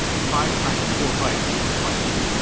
five times four bytes is twenty,